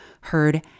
heard